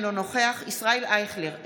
אינו נוכח ישראל אייכלר,